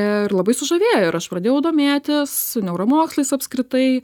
ir labai sužavėjo ir aš pradėjau domėtis neuromokslais apskritai